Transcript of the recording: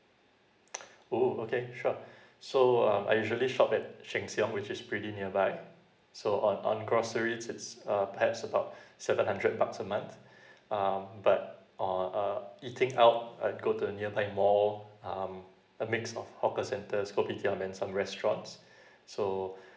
oh okay sure so um I usually shop at sheng siong which is pretty nearby so on on groceries it's uh perhaps about seven hundred bucks a month um but on uh eating out I go to the nearby mall um a mix of hawker centre kopitiam and some restaurants so